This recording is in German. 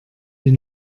wie